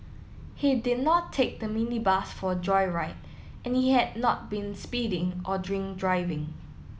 he did not take the minibus for a joyride and he had not been speeding or drink driving